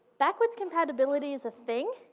backwards compatibility is a thing.